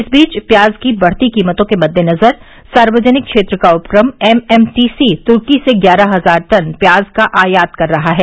इस बीच प्याज की बढ़ती कीमतों के मद्देनजर सार्वजनिक क्षेत्र का उपक्रम एमएमटीसी तुर्की से ग्यारह हजार टन प्याज का आयात कर रहा है